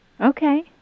Okay